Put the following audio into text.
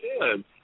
good